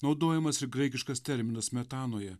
naudojamas ir graikiškas terminas metanoje